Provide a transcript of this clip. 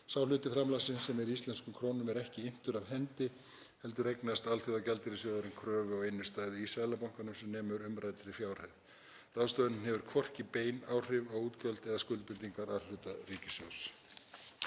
Sá hluti framlagsins sem er í íslenskum krónum er ekki inntur af hendi heldur eignast Alþjóðagjaldeyrissjóðurinn kröfu á innstæðu í Seðlabankanum sem nemur umræddri fjárhæð. Ráðstöfunin hefur hvorki bein áhrif á útgjöld né skuldbindingar A-hluta ríkissjóðs.